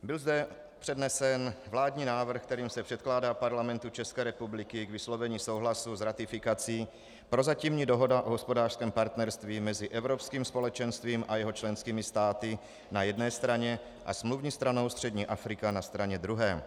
Byl zde přednesen vládní návrh, kterým se předkládá Parlamentu České republiky k vyslovení souhlasu s ratifikací prozatímní dohoda o hospodářském partnerství mezi Evropským společenstvím a jeho členskými státy na jedné straně a smluvní stranou střední Afrika na straně druhé.